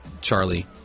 Charlie